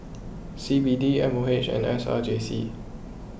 C B D M O H and S R J C